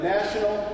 National